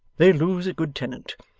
they lose a good tenant.